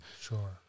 Sure